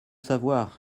savoir